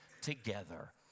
together